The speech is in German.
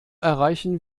erreichen